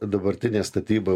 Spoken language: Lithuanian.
dabartinė statyba